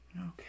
Okay